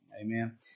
Amen